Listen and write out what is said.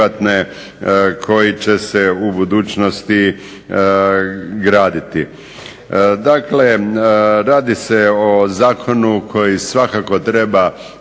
koji će se u budućnosti graditi. Dakle, radi se o zakonu koji treba